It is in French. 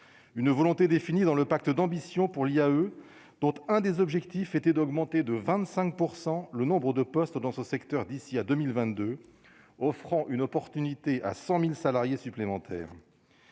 une volonté définie dans le pacte d'ambition pour l'y a eux donc un des objectifs était d'augmenter de 25 %, le nombre de postes dans ce secteur d'ici à 2022 offrant une opportunité à 100000 salariés supplémentaires.